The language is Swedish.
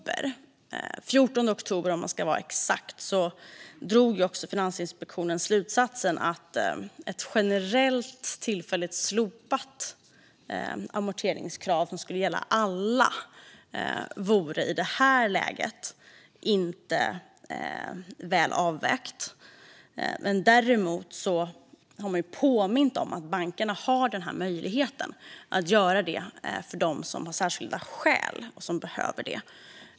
Den 14 oktober drog Finansinspektionen slutsatsen att ett generellt tillfälligt slopat amorteringskrav, som skulle gälla alla, inte vore väl avvägt i detta läge. Däremot har man påmint om att bankerna har möjlighet att göra det för dem som har särskilda skäl och som behöver det.